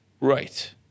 right